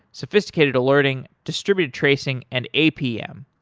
sophisticated alerting, distributed tracing and apm.